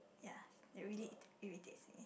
ya it really irritates me